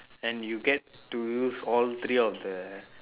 and you get to use all three of the